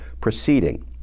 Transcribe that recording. proceeding